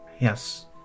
Yes